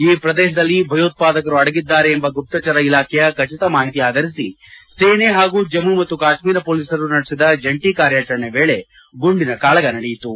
ಈ ಪ್ರದೇಶದಲ್ಲಿ ಭಯೋತ್ವಾದಕರು ಅಡಗಿದ್ದಾರೆ ಎಂಬ ಗುಪ್ತಚರ ಇಲಾಖೆಯ ಖಚಿತ ಮಾಹಿತಿ ಆಧರಿಸಿ ಸೇನೆ ಹಾಗೂ ಜಮ್ಮು ಮತ್ತು ಕಾಶ್ಮೀರ ಪೊಲೀಸರು ನಡೆಸಿದ ಜಂಟಿ ಕಾರ್ಯಾಚರಣೆ ವೇಳೆ ಗುಂಡಿನ ಕಾಳಗ ನಡೆಯಿತು